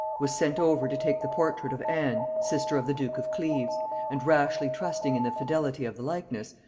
was sent over to take the portrait of anne sister of the duke of cleves and rashly trusting in the fidelity of the likeness,